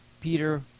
Peter